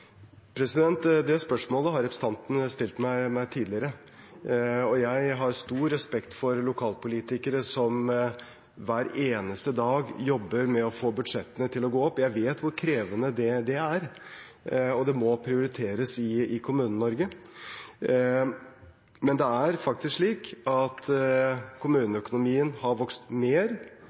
Det spørsmålet har representanten stilt meg tidligere. Jeg har stor respekt for lokalpolitikere som hver eneste dag jobber med å få budsjettene til å gå opp. Jeg vet hvor krevende det er, og det må prioriteres i Kommune-Norge. Men det er faktisk slik at kommuneøkonomien har vokst mer